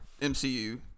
MCU